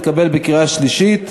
התקבלה בקריאה השלישית.